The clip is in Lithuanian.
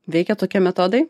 veikia tokie metodai